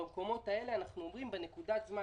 במקומות האלה אנחנו אומרים בנקודת הזמן